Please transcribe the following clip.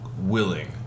willing